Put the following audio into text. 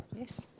Yes